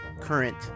current